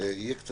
הישיבה